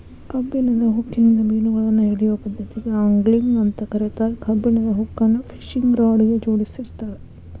ಕಬ್ಬಣದ ಹುಕ್ಕಿನಿಂದ ಮಿನುಗಳನ್ನ ಹಿಡಿಯೋ ಪದ್ದತಿಗೆ ಆಂಗ್ಲಿಂಗ್ ಅಂತ ಕರೇತಾರ, ಕಬ್ಬಣದ ಹುಕ್ಕನ್ನ ಫಿಶಿಂಗ್ ರಾಡ್ ಗೆ ಜೋಡಿಸಿರ್ತಾರ